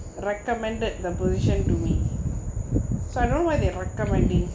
recommended the position to me so I don't why they are recommending